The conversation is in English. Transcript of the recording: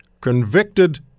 convicted